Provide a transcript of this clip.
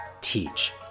teach